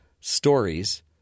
stories